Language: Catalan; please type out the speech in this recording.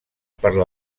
per